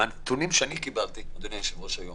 מהנתונים שאני קיבלתי היום,